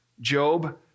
Job